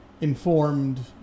informed